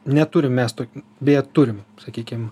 neturim mes tokių beje turime sakykim